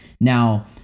Now